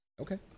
Okay